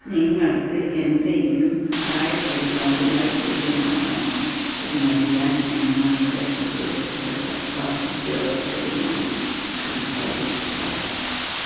നിങ്ങൾക്ക് എന്തെങ്കിലും സഹായ പരിപാടികൾ ലഭ്യമാണോ എന്നറിയാൻ നിങ്ങളുടെ പ്രദേശത്തെ സർക്കാർ ഉദ്യോഗസ്ഥരുമായി സംസാരിക്കുക